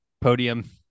Podium